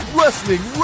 Wrestling